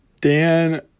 Dan